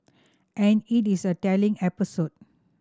and it is a telling episode